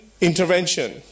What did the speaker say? intervention